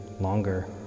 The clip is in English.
longer